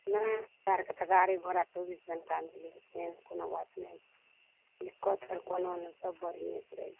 नहि हमरा आरकऽ तऽ गाड़ी घोड़ा चौबीस घण्टा मिलै छै एहन कोनो बात नहि दिक्कत तऽ कोनो नहि सभ बढ़िएसँ रहै छी